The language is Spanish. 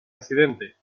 accidente